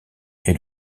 est